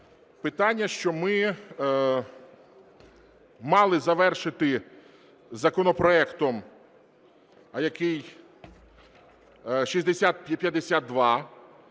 питання, що ми мали завершити законопроектом, який 6052,